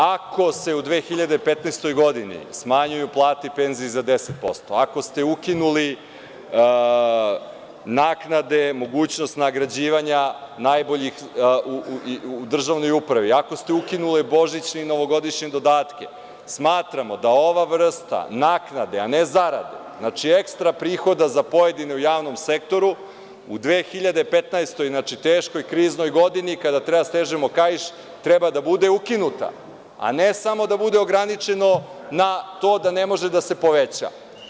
Ako se u 2015. godini, smanjuju plate i penzije za 10%, ako ste ukinuli naknade, mogućnost nagrađivanja najboljih u državnoj upravi, ako ste ukinuli božićne i novogodišnje dodatke, smatramo da ova vrsta naknade, a ne zarade, ekstra prihoda za pojedine u javnom sektoru, u 2015. godini, teškoj kriznoj, kada treba da stežemo kaiš, treba da bude ukinuta, a ne samo da bude ograničeno na to da ne može da se poveća.